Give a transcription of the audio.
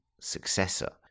successor